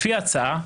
לפי ההצעה,